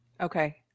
Okay